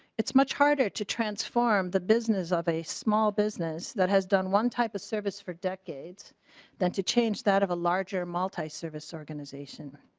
it's much harder to trance farm the business of a small business that has done one type of service for decades that to change that of a larger multi service organization.